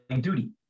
Duty